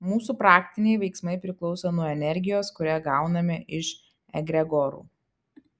mūsų praktiniai veiksmai priklauso nuo energijos kurią gauname iš egregorų